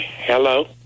Hello